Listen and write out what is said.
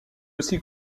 aussi